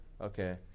Okay